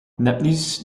nepnieuws